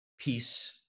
peace